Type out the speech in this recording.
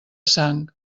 sang